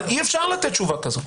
אי-אפשר לתת תשובה כזאת.